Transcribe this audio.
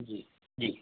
जी जी